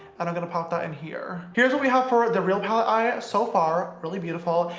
and i'm gonna pop that in here. here's what we have for the real palette eye so far, really beautiful!